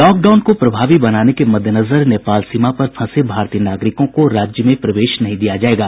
lockdown को प्रभावी बनाने के मद्देनजर नेपाल सीमा पर फंसे भारतीय नागरिकों को राज्य में प्रवेश नहीं दिया जायेगा